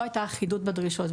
לא הייתה אחידות בדרישות,